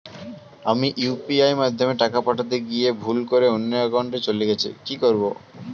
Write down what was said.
আমি ইউ.পি.আই মাধ্যমে টাকা পাঠাতে গিয়ে ভুল করে অন্য একাউন্টে চলে গেছে কি করব?